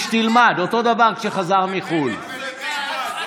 תעיר לאורבך.